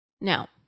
Now